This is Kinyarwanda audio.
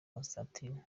constantine